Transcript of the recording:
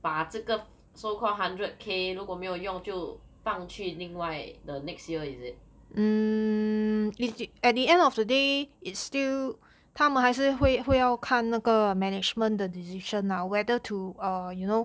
把这个 so called hundred k 如果没有用就放去另外 the next year is it